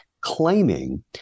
claiming